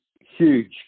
huge